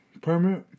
permit